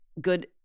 good